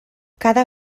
cada